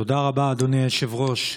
תודה רבה, אדוני היושב-ראש.